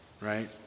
right